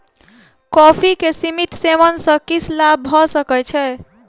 coffee के सीमित सेवन सॅ किछ लाभ भ सकै छै